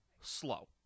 slow